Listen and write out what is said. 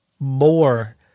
more